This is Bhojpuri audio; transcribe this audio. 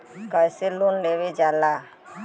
कैसे लोन लेवल जाला?